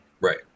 Right